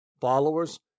followers